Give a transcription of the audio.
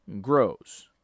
grows